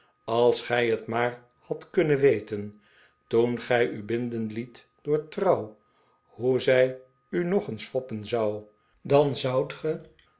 ais gij het maar hadt kunnen weten toen gij u binden het door trouw hoe zij u nog eens foppen zou dan zoudt ge